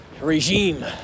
regime